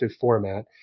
format